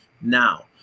now